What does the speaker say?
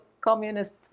communist